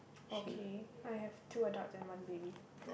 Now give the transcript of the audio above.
okay I have two adults and one baby